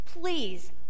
Please